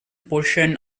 portion